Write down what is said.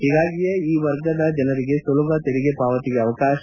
ಹೀಗಾಗಿಯೇ ಈ ವರ್ಗದ ಜನರಿಗೆ ಸುಲಭ ತೆರಿಗೆ ಪಾವತಿಗೆ ಅವಕಾಶ